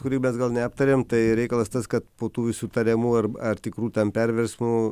kurį mes gal neaptarėm tai reikalas tas kad po tų visų tariamų ar ar tikrų ten perversmų